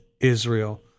Israel—